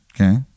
okay